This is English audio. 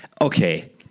Okay